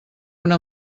una